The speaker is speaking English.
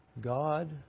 God